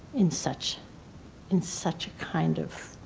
in such in such a kind of